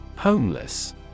Homeless